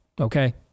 okay